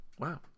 Wow